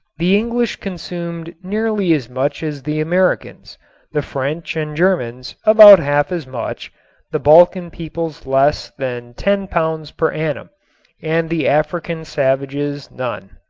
the english consumed nearly as much as the americans the french and germans about half as much the balkan peoples less than ten pounds per annum and the african savages none.